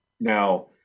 Now